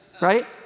Right